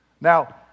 Now